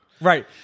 Right